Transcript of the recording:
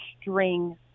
string